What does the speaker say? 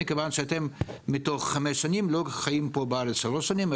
מכיוון שאתם מתוך חמש שנים לא חיים פה בארץ שלוש שנים,